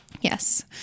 yes